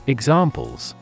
Examples